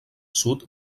sud